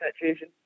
situation